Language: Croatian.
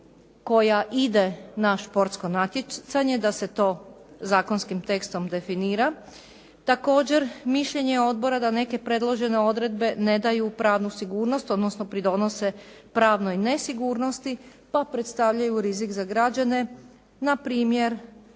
koja ide na športsko natjecanje da se to zakonskim tekstom definira. Također, mišljenje je odbora da neke predložene odredbe ne daju pravnu sigurnost, odnosno pridonose pravnoj nesigurnosti pa predstavljaju rizik za građane npr.